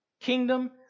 Kingdom